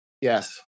Yes